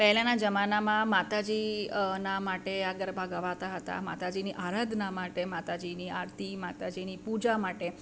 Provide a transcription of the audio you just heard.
પહેલાંના જમાનામાં માતાજી ના માટે આ ગરબા ગવાતા હતા માતાજીની આરાધના માટે માતાજીની આરતી માતાજીની પૂજા માટે